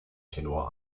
tenor